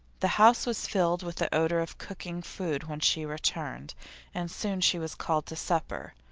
the house was filled with the odour of cooking food when she returned and soon she was called to supper.